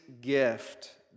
gift